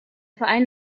verein